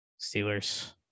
Steelers